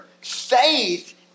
Faith